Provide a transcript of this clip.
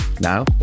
Now